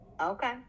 Okay